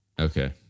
Okay